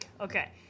Okay